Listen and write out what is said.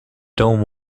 don’t